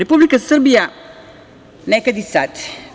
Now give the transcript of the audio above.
Republika Srbija nekad i sad.